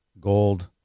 gold